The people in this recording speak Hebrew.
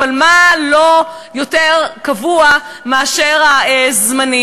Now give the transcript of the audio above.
אבל מה לא יותר קבוע מהזמני?